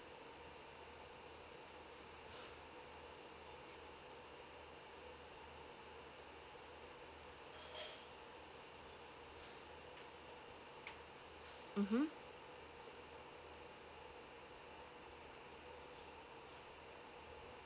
mmhmm